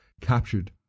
captured